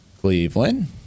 Cleveland